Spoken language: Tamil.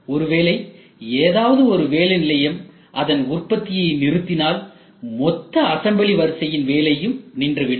ஒருவேளை ஏதாவது ஒரு வேலை நிலையம் அதன் உற்பத்தியை நிறுத்தினால் மொத்தஅசம்பிளி வரிசையின் வேலையும் நின்றுவிடும்